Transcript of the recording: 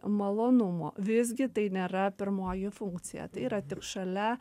malonumo visgi tai nėra pirmoji funkcija tai yra tik šalia